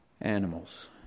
animals